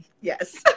yes